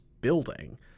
building